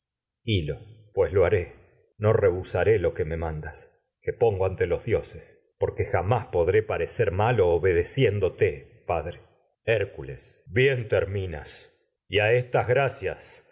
hil lo pues lo haré los no rehusaré lo porque que me man das que pongo ante dioses jamás podré parecer malo obedeciéndote padre i las traquinias hércules bien terminas y y a estas gracias